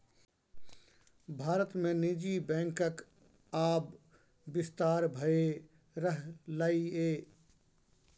भारत मे निजी बैंकक आब बिस्तार भए रहलैए